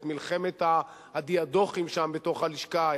את מלחמת הדיאדוכים שם בתוך הלשכה,